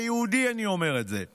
כיהודי אני אומר את זה.